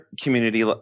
community